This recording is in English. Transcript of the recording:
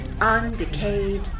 undecayed